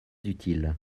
utile